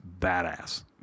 badass